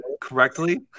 correctly